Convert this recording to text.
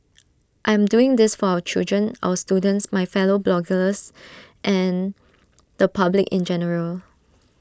I am doing this for our children our students my fellow bloggers and the public in general